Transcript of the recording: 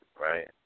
right